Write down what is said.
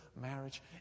marriage